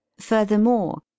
Furthermore